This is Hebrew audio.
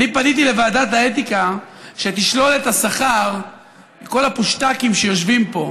אני פניתי לוועדת האתיקה שתשלול את השכר מכל הפושטקים שיושבים פה,